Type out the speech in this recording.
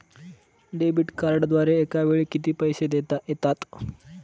Debit कार्डद्वारे एकावेळी किती पैसे देता येतात?